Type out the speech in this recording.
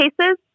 cases